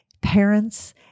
parents